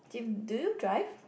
did do you drive